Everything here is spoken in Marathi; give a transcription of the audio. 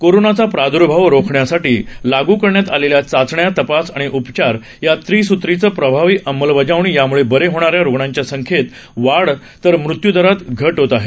कोरोनाचा प्रादुर्भाव रोखण्यासाठी लागू करण्यात आलेल्या चाचणी तपास आणि उपचार या त्रिसूत्रीची प्रभावी अंमलबजावणी याम्ळे बरे होणाऱ्या रुग्णांच्या संख्येत वाढ तर मृत्यू दरात घट होत आहे